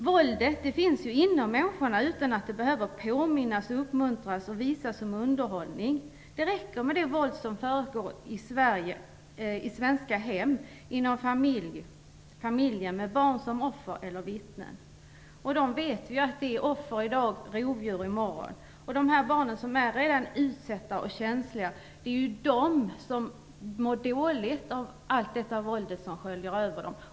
Våldet finns inom människorna, och de behöver inte påminnas om det och uppmuntras till det, och det borde inte visas som underhållning. Det räcker med det våld som försiggår i svenska hem med barn som offer och vittnen. Vi vet också att dagens offer blir morgondagens rovdjur. Det är de barn som redan är utsatta och känsliga som mår dåligt av allt det våld som sköljer över dem.